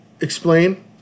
explain